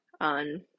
on